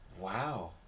Wow